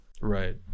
Right